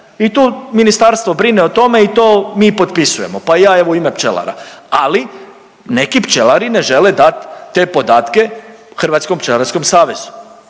i tu ministarstvo brine o tome i to mi potpisujemo, pa i ja evo u ime pčelara. Ali neki pčelari ne žele dati te podatke Hrvatskom pčelarskom savezu.